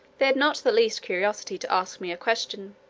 they had not the least curiosity to ask me a question